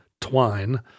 twine